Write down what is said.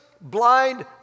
blind